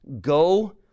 go